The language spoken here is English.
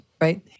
right